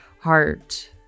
heart